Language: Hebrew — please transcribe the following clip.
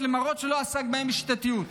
למרות שלא עסק בהן בשיטתיות.